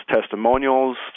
testimonials